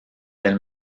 elle